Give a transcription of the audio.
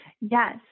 Yes